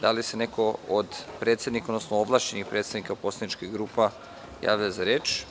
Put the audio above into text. Da li se neko od predsednika, odnosno ovlašćenih predstavnika poslaničkih grupa javlja za reč?